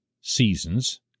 seasons